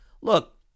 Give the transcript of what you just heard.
look